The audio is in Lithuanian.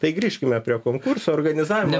tai grįžkime prie konkurso organizavimo